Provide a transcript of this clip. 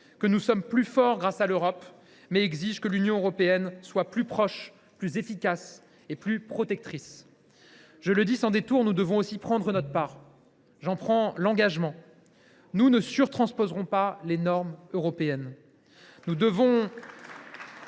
que nous sommes plus forts grâce à l’Europe, mais exigent que l’Union européenne soit plus proche, plus efficace, plus protectrice. Je le dis sans détour, nous devons aussi prendre notre part. J’en prends l’engagement, nous ne surtransposerons pas les normes européennes. Heureusement